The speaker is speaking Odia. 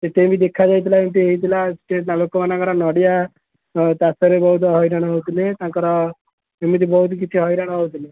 ସେଥିବି ଦେଖାଯାଇଥିଲା ଏମିତି ହେଇଥିଲା ଲୋକମାନଙ୍କର ନଡ଼ିଆ ଚାଷରେ ବହୁତ ହଇରାଣ ହେଉଥିଲେ ତାଙ୍କର ଏମିତି ବହୁତ କିଛି ହଇରାଣ ହେଉଥିଲେ